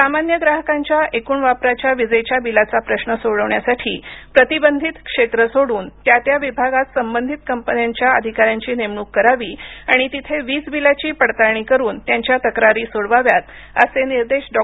सामान्य ग्राहकांचा एकूण वापराच्या वीजेच्या बिलाचा प्रश्न सोडवण्यासाठी प्रतिबंधित क्षेत्र सोडून त्या त्या विभागात संबंधित कंपन्यांच्या अधिकाऱ्यांची नेमणूक करावी आणि तिथे वीज बिलाची पडताळणी करून त्यांच्या तक्रारी सोडवाव्यात असे निर्देश डॉ